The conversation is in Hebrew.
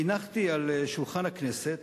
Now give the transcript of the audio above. והנחתי על שולחן הכנסת